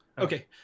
Okay